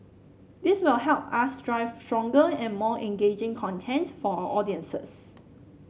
this will help us drive stronger and more engaging content for our audiences